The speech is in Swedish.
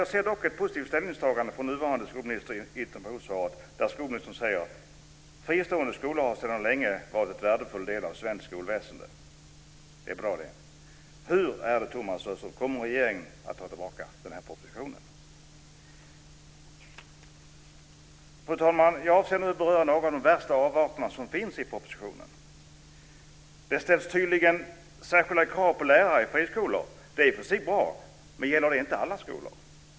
Jag ser dock ett positivt ställningstagande från nuvarande skolminister i interpellationssvaret, där skolministern säger att "fristående skolor sedan länge är en värdefull del av svenskt skolväsende". Det är bra. Hur är det, Thomas Östros: Kommer regeringen att dra tillbaka propositionen? Fru talman! Jag avser nu att beröra några av de värsta avarterna som finns i propositionen. Det ställs tydligen särskilda krav på lärare i friskolor. Det är i och för sig bra, men gäller det inte alla skolor?